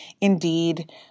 Indeed